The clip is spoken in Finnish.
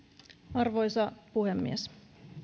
arvoisa puhemies